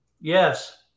Yes